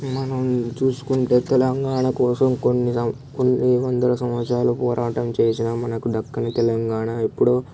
మనం చూసుకుంటే తెలంగాణ కోసం కొన్ని వందల సంవత్సరాలు పోరాటం చేసినా మనకు దక్కని తెలంగాణ ఇప్పుడు